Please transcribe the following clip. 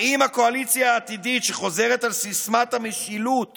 האם הקואליציה העתידית שחוזרת על סיסמת המשילות